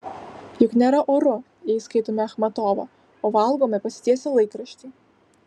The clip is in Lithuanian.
juk nėra oru jei skaitome achmatovą o valgome pasitiesę laikraštį